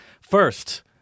First